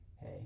hey